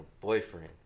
boyfriend